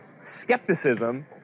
skepticism